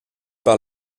par